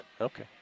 okay